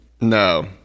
No